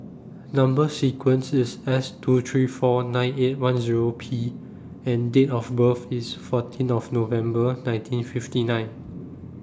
Number sequence IS S two three four nine eight one Zero P and Date of birth IS fourteen of November nineteen fifty nine